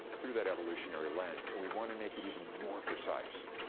through that evolutionary lens. and we wanna make it even more precise.